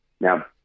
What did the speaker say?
Now